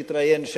שהתראיין שם,